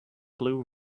blue